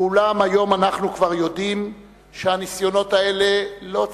ואולם היום אנחנו כבר יודעים שהניסיונות הללו לא צלחו.